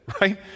right